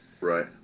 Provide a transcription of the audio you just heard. right